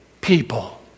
people